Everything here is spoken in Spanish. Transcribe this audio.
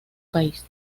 país